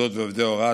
עובדות ועובדי ההוראה,